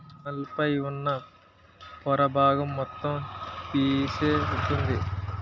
విత్తనాల పైన ఉన్న పొర బాగం మొత్తం పీసే వుంటుంది